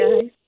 guys